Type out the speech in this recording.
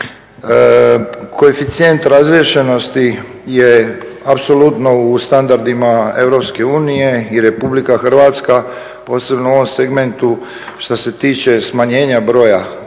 Koeficijent razriješenosti je apsolutno u standardima EU i RH posebno u ovom segmentu što se tiče smanjenja broja kako